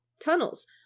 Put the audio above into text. Tunnels